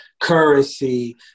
Currency